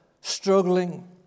struggling